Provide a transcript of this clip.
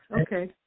okay